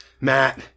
Matt